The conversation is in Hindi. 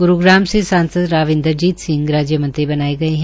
ग्रूग्राम से सांसद राव इन्द्रजीत सिंह राज्य मंत्री बनाये गये है